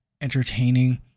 entertaining